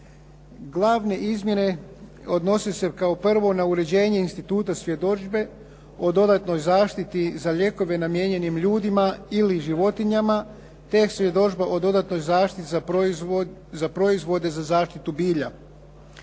Glavne izmjene odnose se kao prvo na uređenje instituta svjedodžbe o dodatnoj zaštiti za lijekove namijenjenim ljudima ili životinjama, te svjedodžba o dodatnoj zaštiti za proizvode za zaštitu bilja.